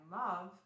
love